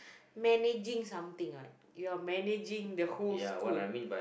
managing something what you are managing the whole school